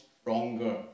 stronger